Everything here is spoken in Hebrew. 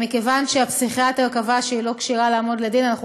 מכיוון שהפסיכיאטר קבע שהיא לא כשירה לעמוד לדין אנחנו